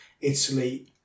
Italy